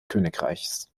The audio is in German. königreichs